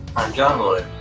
i'm john